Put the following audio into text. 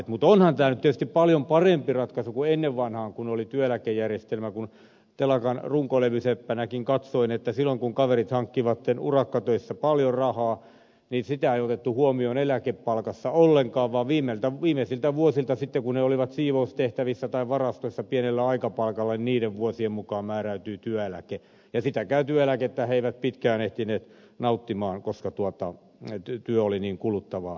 mutta onhan tämä nyt tietysti paljon parempi ratkaisu kuin ennen vanhaan kun oli työeläkejärjestelmä kun telakan runkolevyseppänäkin katsoin että silloin kun kaverit hankkivat urakkatöissä paljon rahaa sitä ei otettu huomioon eläkepalkassa ollenkaan vaan viimeisten vuosien mukaan sitten kun he olivat siivoustehtävissä tai varastoissa pienellä aikapalkalla määräytyi työeläke ja sitäkään työeläkettä he eivät pitkään ehtineet nauttia koska työ oli niin kuluttavaa